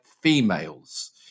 females